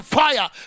fire